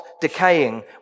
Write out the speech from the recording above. decaying